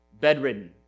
bedridden